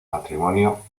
matrimonio